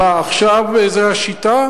מה, עכשיו זה השיטה?